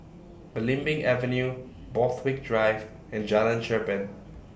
Belimbing Avenue Borthwick Drive and Jalan Cherpen